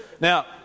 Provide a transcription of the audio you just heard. Now